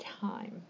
time